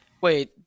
Wait